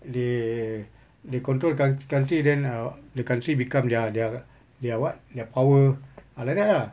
they they control the coun~ country then uh the country become their their their what their power uh like that lah